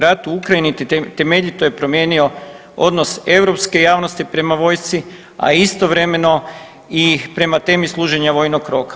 Rat u Ukrajini temeljito je promijenio odnos europske javnosti prema vojsci, a istovremena i prema temi služenja vojnog roka.